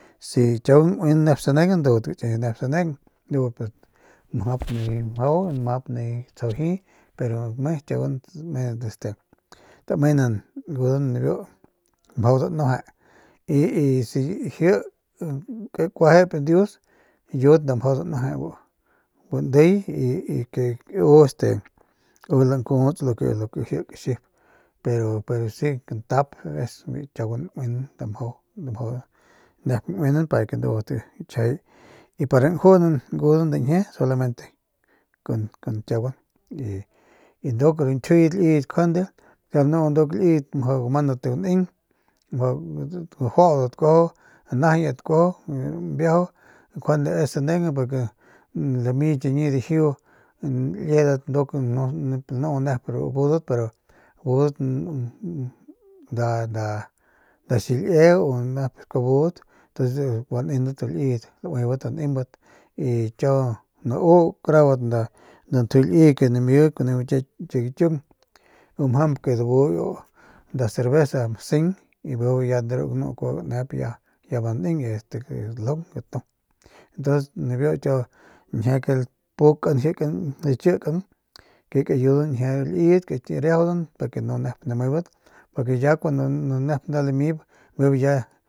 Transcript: Si kiauguan gauinan nep sanegan ndudat njuande gaki nep sanegan ndu mjap nijiy mjau mjap tsjau jiy pero me kiaguan tamenan este tamenan este ngudan mjau danueje y y si jie kakuajayp dius yut nda mjau danueje bu ndiy y y u este y u lankuts lu ke ji kaxip pero pero si kantap es kiauguan nuin nep mjau nuinan pa ke ndudat njiajay pa ke gajunan ngunan nda ñjie solamente con con kiauguan y nduk ru kjiuyet liyet njuande kiau lanu mjau gamandat guneng mjau juaudat kuajau najayit kuajau mbiajau njuande es sanegan porque lamidat chiñi dijiu liedat nduk pero nip lanu nep abudat pero abudat nda xilie u nep sku budat ntuns gua nendat ru liyet lauibat danembat y y nau krabat nda njuy liy ke name kuniu ñkie gakiung ndu mjamp ke iu dabu nda cerbeza masing y ya de ru ganu kuabanep ya guaneng y pues daljung y gatu ntuns nibiu nijiy biu ñjie ke lapukan jikan xkikan ke kayudan nda ñjie kariajaudan para ke nu nep namebat porque ya kun nep nda lamip bijiy.